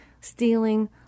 stealing